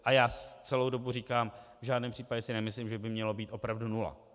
A já celou dobu říkám, v žádném případě si nemyslím, že by mělo být opravdu nula.